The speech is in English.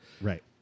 Right